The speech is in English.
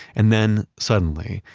and then suddenly,